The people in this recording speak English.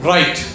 Right